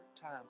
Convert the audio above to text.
time